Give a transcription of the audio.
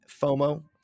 FOMO